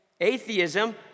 atheism